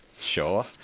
sure